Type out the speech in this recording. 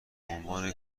عنوان